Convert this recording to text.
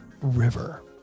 River